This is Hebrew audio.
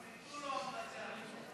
אז ייתנו לו המלצה.